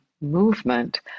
movement